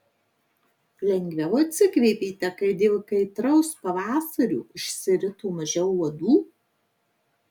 lengviau atsikvėpėte kad dėl kaitraus pavasario išsirito mažiau uodų